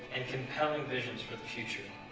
and compelling visions for the future.